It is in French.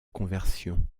conversion